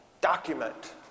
document